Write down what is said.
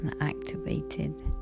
activated